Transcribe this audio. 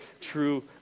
true